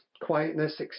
quietness